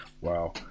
Wow